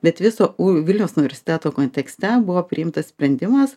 bet viso u vilniaus universiteto kontekste buvo priimtas sprendimas